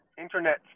internet